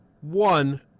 One